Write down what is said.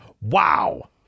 Wow